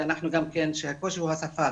הקושי הוא השפה.